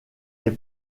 est